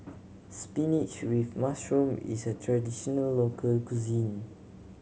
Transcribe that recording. spinach with mushroom is a traditional local cuisine